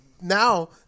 now